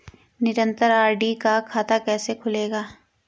निरन्तर आर.डी का खाता कैसे खुलेगा?